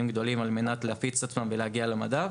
גדולים על מנת להפיץ את עצמם ולהגיע למדף.